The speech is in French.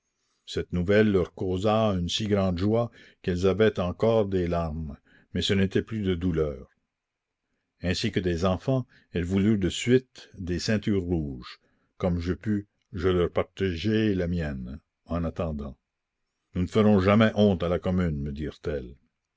cette nouvelle leur causa une si grande joie qu'elles avaient encore des larmes mais ce n'était plus de douleur ainsi que des enfants elles voulurent de suite des ceintures rouges comme je pus je leur partageai la mienne en attendant nous ne ferons jamais honte à la commune me